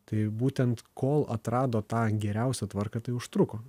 tai būtent kol atrado tą geriausią tvarką tai užtruko